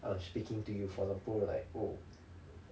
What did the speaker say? I was speaking to you for example like oh